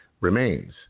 remains